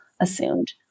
assumed